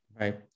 Right